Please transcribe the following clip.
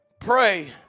Pray